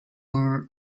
her